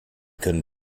können